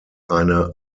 eine